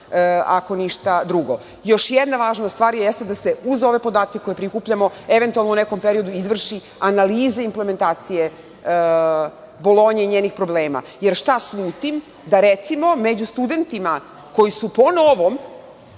ako ništa drugo. Još jedna važna stvar jeste da se uz ove podatke koje prikupljamo eventualno u nekom periodu izvrši analiza implementacije Bolonje i njenih problema. Jer, šta slutim? Da, recimo, među studentima koji su po novom,